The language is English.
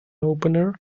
opener